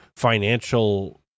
financial